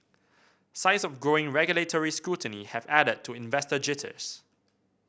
signs of growing regulatory scrutiny have added to investor jitters